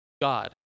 God